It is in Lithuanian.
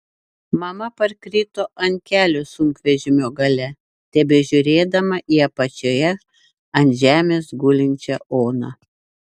mama parkrito ant kelių sunkvežimio gale tebežiūrėdama į apačioje ant žemės gulinčią oną